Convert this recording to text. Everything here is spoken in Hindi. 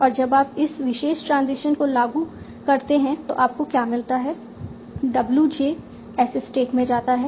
और जब आप इस विशेष ट्रांजिशन को लागू करते हैं तो आपको क्या मिलता है w j S स्टैक में जाता है